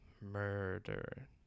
Murder